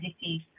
disease